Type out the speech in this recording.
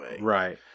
Right